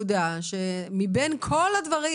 מבין כל הדברים,